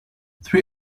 three